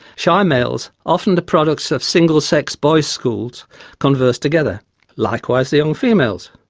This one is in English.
shy males, often the products of single sex boys' schools conversed together likewise the young females.